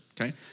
okay